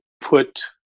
put